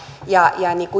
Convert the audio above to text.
ja